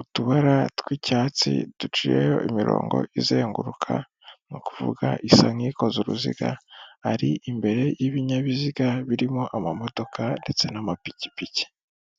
utubara tw'icyatsi duciyeho imirongo izenguruka ni ukuvuga isa nk'ikoza uruziga ari imbere y'ibinyabiziga birimo amamodoka ndetse n'amapikipiki.